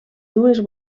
dues